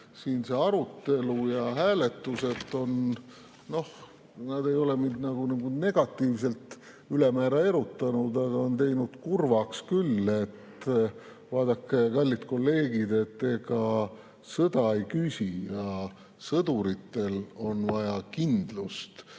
Siin see arutelu ja hääletused – nad ei ole mind nagu negatiivselt ülemäära erutanud, aga on teinud kurvaks küll. Vaadake, kallid kolleegid, ega sõda ei küsi ja sõduritel on vaja kindlust,